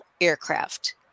aircraft